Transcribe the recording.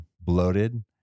bloated